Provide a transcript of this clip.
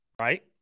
Right